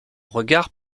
regard